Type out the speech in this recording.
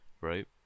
right